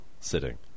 sitting